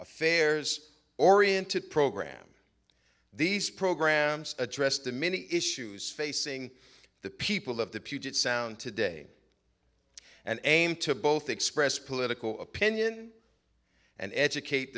affairs oriented program these programs address the many issues facing the people of the puget sound today and aim to both express political opinion and educate